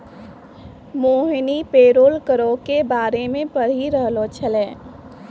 मोहिनी parole करो के बारे मे पढ़ि रहलो छलै